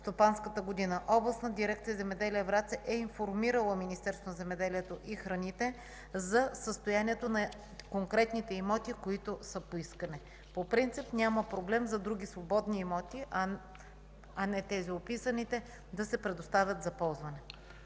стопанската година. Областната дирекция „Земеделие” – Враца е информирала Министерството на земеделието и храните за състоянието на конкретните имоти, които са поискани. По принцип няма проблем за други свободни имоти, а не тези –описаните, да се предоставят за ползване.